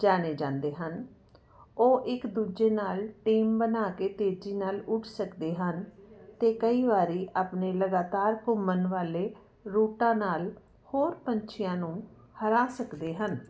ਜਾਣੇ ਜਾਂਦੇ ਹਨ ਉਹ ਇੱਕ ਦੂਜੇ ਨਾਲ ਟੀਮ ਬਣਾ ਕੇ ਤੇਜ਼ੀ ਨਾਲ ਉੱਡ ਸਕਦੇ ਹਨ ਅਤੇ ਕਈ ਵਾਰੀ ਆਪਣੇ ਲਗਾਤਾਰ ਘੁੰਮਣ ਵਾਲੇ ਰੂਟਾਂ ਨਾਲ ਹੋਰ ਪੰਛੀਆਂ ਨੂੰ ਹਰਾ ਸਕਦੇ ਹਨ